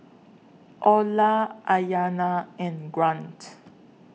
Orla Aiyana and Grant